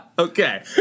Okay